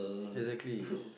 exactly